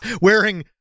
Wearing